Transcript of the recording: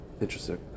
Interesting